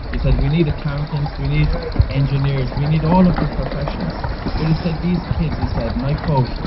he said, we need accountants. we need engineers. we need all of the professions. but he said, these kids, he said, and i quote.